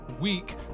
week